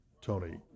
Tony